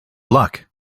luck